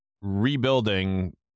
rebuilding